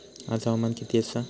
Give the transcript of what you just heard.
आज हवामान किती आसा?